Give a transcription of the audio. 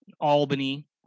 Albany